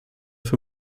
für